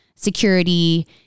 security